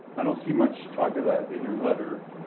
i don't see much talk of that in your letter.